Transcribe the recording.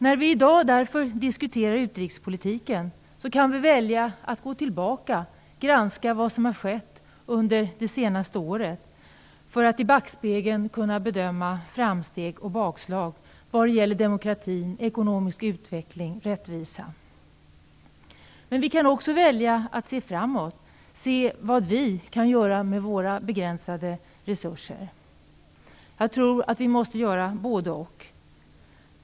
När vi i dag diskuterar utrikespolitiken kan vi välja att gå tillbaka och granska vad som har skett under det senaste året för att i backspegeln kunna bedöma framsteg och bakslag vad gäller demokrati, ekonomisk utveckling och rättvisa. Men vi kan också välja att se framåt och se vad vi kan göra med våra begränsade resurser. Jag tror att vi måste göra både-och.